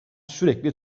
sürekli